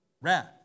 wrath